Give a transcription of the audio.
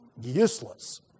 useless